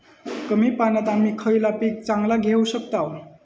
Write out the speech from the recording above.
कमी पाण्यात आम्ही खयला पीक चांगला घेव शकताव?